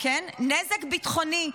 נזק ביטחוני,